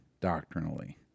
doctrinally